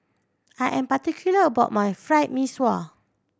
I am particular about my Fried Mee Sua